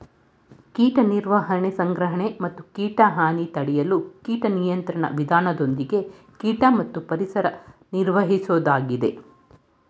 ಕೀಟ ನಿರ್ವಹಣೆ ಸಂಗ್ರಹಣೆ ಮತ್ತು ಕೀಟ ಹಾನಿ ತಡೆಯಲು ಕೀಟ ನಿಯಂತ್ರಣ ವಿಧಾನದೊಂದಿಗೆ ಕೀಟ ಮತ್ತು ಪರಿಸರ ನಿರ್ವಹಿಸೋದಾಗಿದೆ